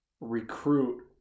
recruit